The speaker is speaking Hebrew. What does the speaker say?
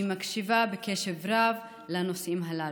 והיא מקשיבה בקשב רב לנושאים הללו.